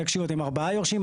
תקשיבו אתם ארבעה יורשים,